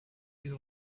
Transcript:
you